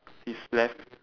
his left